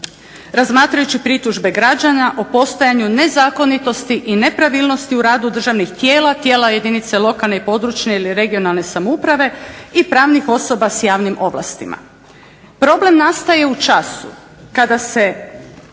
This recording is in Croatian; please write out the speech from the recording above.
razmatrajući pritužbe građana o postojanju nezakonitosti i nepravilnosti u radu državnih tijela, tijela jedinice lokalne i područne ili regionalne samouprave i pravnih osoba sa javnim ovlastima. Problem nastaje u času kada se